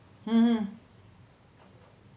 mmhmm